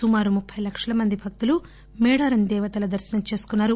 సుమారు ముప్పై లక్షల మంది భక్తులు మేడారం దేవతల దర్శనం చేసుకున్నారు